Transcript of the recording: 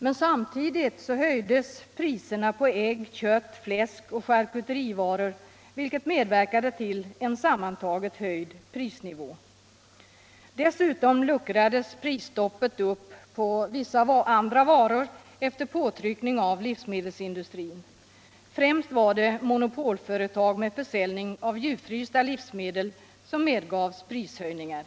Men samtidigt höjdes priserna på ägg, kött, fläsk och charkuterivaror, vilket medverkade till en sammantaget höjd prisnivå. Dessutom luckrades prisstoppet upp på vissa andra varor efter påtryckning av livsmedelsindustrin. Främst var det monopolföretag med försäljning av djup Allmänpolitisk debatt Allmänpolitisk debatt frysta livsmedel som medgavs prishöjningar.